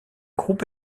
groupe